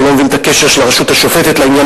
אני לא מבין את הקשר של הרשות השופטת לעניין